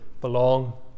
belong